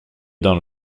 dans